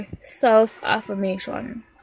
self-affirmation